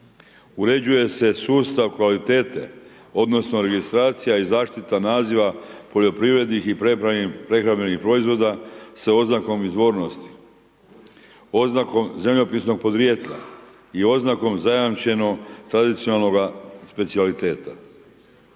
uređuje se sustav kvalitete odnosno registracija i zaštita naziva poljoprivrednih i prehrambenih proizvoda sa oznakom izvornosti, oznakom zemljopisnog podrijetla i oznakom zajamčeno tradicionalnoga specijaliteta.